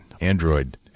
Android